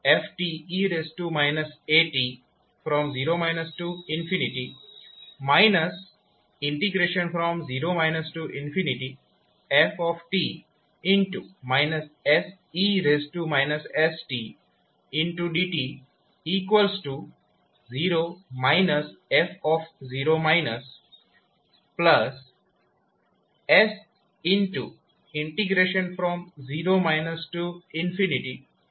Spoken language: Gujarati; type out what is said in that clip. પછી ℒ dfdtfe st|0 0 f se stdt 0 fs0 fe stdt sF f થશે